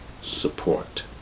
support